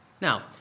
Now